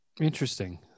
interesting